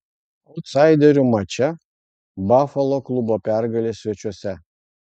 autsaiderių mače bafalo klubo pergalė svečiuose